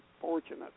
fortunate